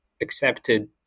accepted